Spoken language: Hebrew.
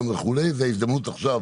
וזאת ההזדמנות עכשיו